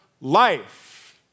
life